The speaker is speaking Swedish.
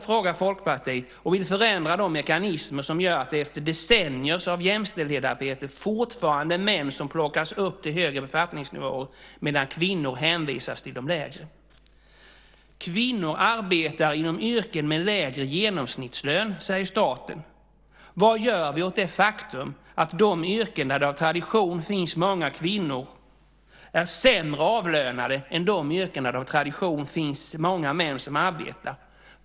frågar Folkpartiet och vill förändra de mekanismer som gör att det efter decennier av jämställdhetsarbete fortfarande är män som plockas ut till högre befattningsnivåer medan kvinnor hänvisas till de lägre. Kvinnor arbetar inom yrken med lägre genomsnittslön, säger staten. Vad gör vi åt det faktum att de yrken där det av tradition finns många kvinnor är sämre avlönade än de yrken där det av tradition arbetar många män?